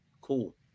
Cool